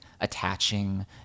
attaching